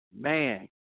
Man